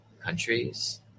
countries